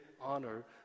honor